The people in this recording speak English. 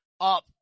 up